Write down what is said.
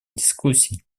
дискуссий